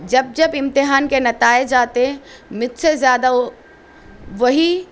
جب جب امتحان کے نتائج آتے مجھ سے زیادہ وہ وہی